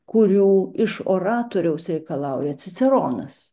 kurių iš oratoriaus reikalauja ciceronas